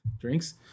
drinks